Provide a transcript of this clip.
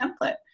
template